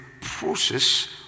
process